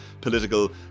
political